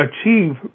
achieve